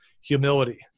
humility